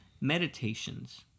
meditations